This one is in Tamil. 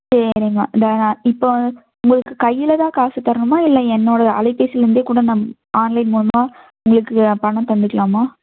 சரிம்மா தோ நான் இப்போது உங்களுக்கு கையில் தான் காசு தரணுமா இல்லை என்னோட அலைபேசியிலேருந்தே கூட நம் ஆன்லைன் மூலமாக உங்களுக்கு நான் பணம் தந்துக்கலாமா